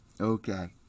Okay